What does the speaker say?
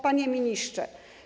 Panie Ministrze!